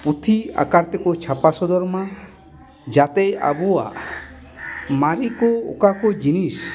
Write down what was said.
ᱯᱩᱛᱷᱤ ᱟᱠᱟᱨᱛᱮᱠᱚ ᱪᱷᱟᱯᱟ ᱥᱚᱫᱚᱨ ᱢᱟ ᱡᱟᱛᱮ ᱟᱵᱚᱣᱟᱜ ᱢᱟᱨᱮ ᱠᱚ ᱚᱠᱟ ᱠᱚ ᱡᱤᱱᱤᱥ